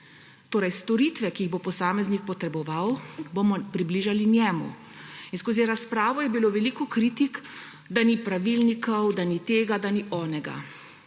oskrba. Storitve, ki jih bo posameznik potreboval, bomo približali njemu. V razpravi je bilo veliko kritik, da ni pravilnikov, da ni tega, da ni onega.